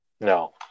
No